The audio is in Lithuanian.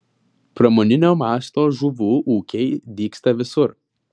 pramoninio masto žuvų ūkiai dygsta visur